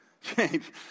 change